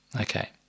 okay